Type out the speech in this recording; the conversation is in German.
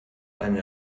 eine